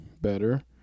better